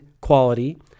quality